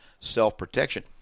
self-protection